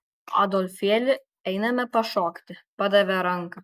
adolfėli einame pašokti padavė ranką